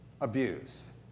abuse